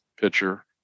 pitcher